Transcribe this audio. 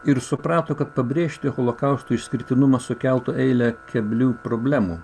ir suprato kad pabrėžti holokausto išskirtinumą sukeltų eilę keblių problemų